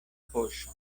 poŝo